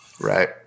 right